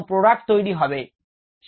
product তৈরি হতে থাকবে